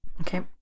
Okay